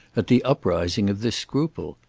at the uprising of this scruple.